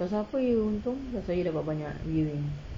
pasal apa you untung pasal you dapat banyak viewing